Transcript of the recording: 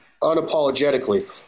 unapologetically